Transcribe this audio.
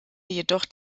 jedoch